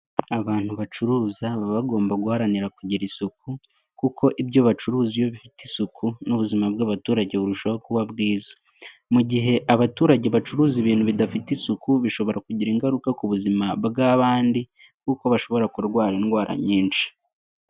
Abantu bacuruza baba bagomba guharanira kugira isuku kuko ibyo bacuruza iyo bifite isuku n'ubuzima bw'abaturage burushaho kuba bwiza, mu gihe abaturage bacuruza ibintu bidafite isuku bishobora kugira ingaruka ku buzima bw'abandi kuko bashobora kurwara indwara nyinshi.